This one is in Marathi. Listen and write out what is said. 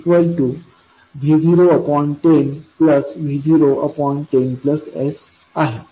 5V010V010s आहे